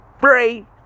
free